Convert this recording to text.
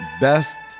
best